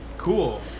Cool